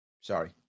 Sorry